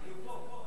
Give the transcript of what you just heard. הוא פה.